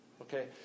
Okay